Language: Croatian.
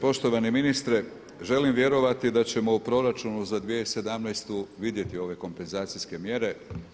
Poštovani ministre, želim vjerovati da ćemo u proračunu za 2017. vidjeti ove kompenzacijske mjere.